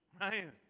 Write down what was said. right